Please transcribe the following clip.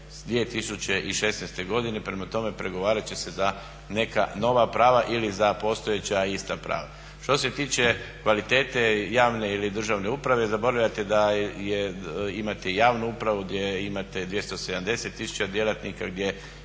2016. godine. Prema tome, pregovarat će se za neka nova prava ili za postojeća ista prava. Što se tiče kvalitete javne ili državne uprave zaboravljate da imate javnu upravu gdje imate 270 tisuća djelatnika, gdje